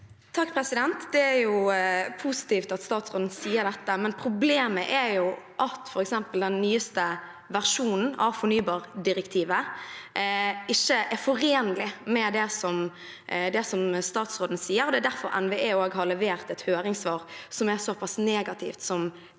(R) Det er positivt at statsråden sier dette, men problemet er jo at f.eks. den nyeste versjonen av fornybardirektivet ikke er forenlig med det statsråden sier. Det er derfor NVE har levert et høringssvar som er såpass negativt som det